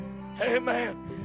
Amen